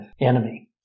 enemy